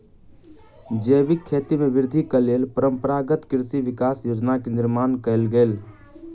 जैविक खेती में वृद्धिक लेल परंपरागत कृषि विकास योजना के निर्माण कयल गेल